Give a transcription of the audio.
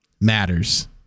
matters